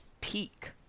peak